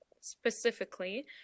specifically